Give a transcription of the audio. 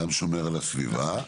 גם שומר על הסביבה,